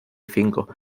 cinco